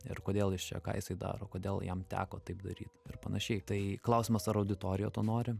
ir kodėl jis čia ką jisai daro kodėl jam teko taip daryt ir panašiai tai klausimas ar auditorija to nori